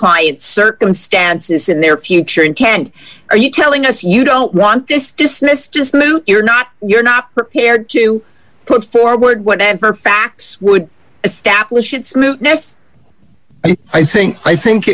client's circumstances in their future intent are you telling us you don't want this dismissed just moot you're not you're not prepared to put forward whatever facts would establish its new ness i think i think